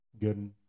Good